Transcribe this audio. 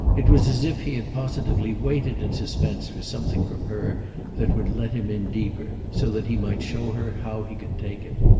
it was as if he had positively waited in suspense for something from her that would let him in deeper, so that he might show her how he could take it.